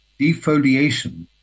defoliation